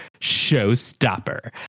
showstopper